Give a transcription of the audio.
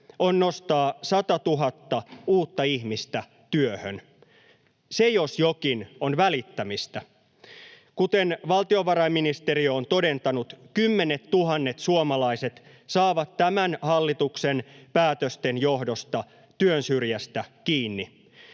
on nostaa 100 000 uutta ihmistä työhön. Se, jos jokin, on välittämistä. Kuten valtiovarainministeriö on todentanut, kymmenettuhannet suomalaiset saavat tämän hallituksen päätösten johdosta työn syrjästä kiinni.